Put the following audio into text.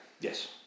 Yes